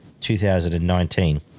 2019